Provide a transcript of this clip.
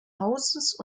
hauses